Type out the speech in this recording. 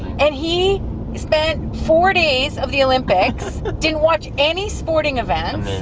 and he spent four days of the olympics, didn't watch any sporting events,